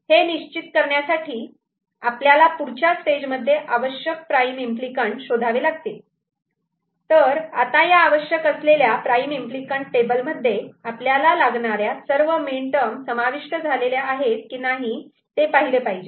हे निश्चित करण्यासाठी आपल्याला पुढच्या स्टेजमध्ये आवश्यक प्राईम इम्पली कँट शोधावे लागतील तर आता या आवश्यक असलेल्या प्राईम इम्पली कँट टेबल मध्ये आपल्याला लागणाऱ्या सर्व मीन टर्म समाविष्ट झालेल्या आहेत की नाही ते पाहिले पाहिजे